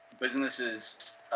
businesses